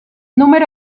número